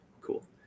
cool